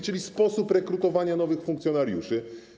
Chodzi o sposób rekrutowania nowych funkcjonariuszy.